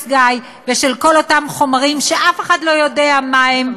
גאי" ושל כל אותם חומרים שאף אחד לא יודע מה הם,